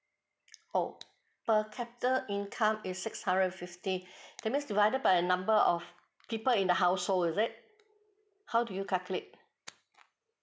oh per capita income is six hundred and fifty that mean divided by number of people in the household is it how do you calculate